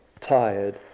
tired